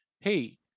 hey